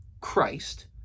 Christ